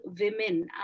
women